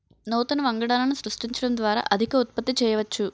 నూతన వంగడాలను సృష్టించడం ద్వారా అధిక ఉత్పత్తి చేయవచ్చు